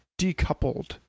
decoupled